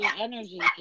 energy